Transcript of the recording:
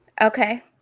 Okay